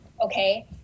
okay